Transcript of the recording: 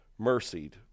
mercied